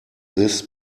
this